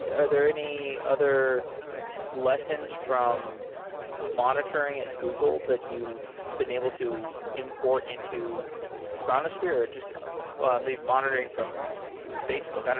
are there any other lessons from monitoring at google that you've been able to import into chronosphere, or just maybe monitoring from even facebook, i don't